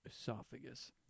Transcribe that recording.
Esophagus